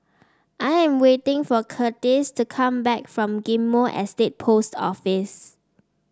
I am waiting for Curtiss to come back from Ghim Moh Estate Post Office